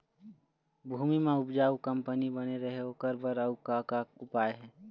भूमि म उपजाऊ कंपनी बने रहे ओकर बर अउ का का उपाय हे?